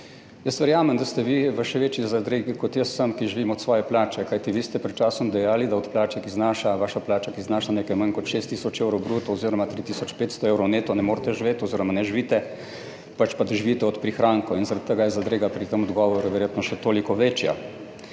Jaz verjamem, da ste vi v še večji zadregi kot jaz, ki živim od svoje plače, kajti vi ste pred časom dejali, da od vaše plače, ki znaša nekaj manj kot šest tisoč evrov bruto oziroma tri tisoč 500 evrov neto, ne morete živeti oziroma ne živite, pač pa da živite od prihrankov, zaradi tega je zadrega pri tem odgovoru verjetno še toliko večja.